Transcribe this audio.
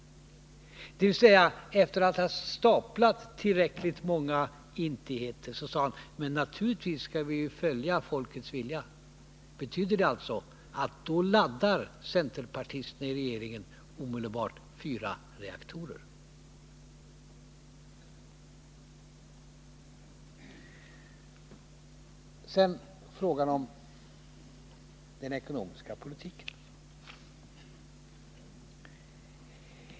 Men efter att ha staplat tillräckligt många intigheter på varandra säger han att man naturligtvis skall följa folkets vilja. Betyder det att centerpartisterna i regeringen omedelbart laddar fyra reaktorer, om tolvreaktorsalternativet vinner? Sedan till frågan om den ekonomiska politiken.